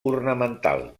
ornamental